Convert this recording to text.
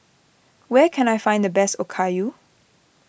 where can I find the best Okayu